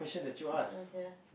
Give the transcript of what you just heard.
err ya